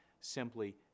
simply